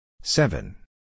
Seven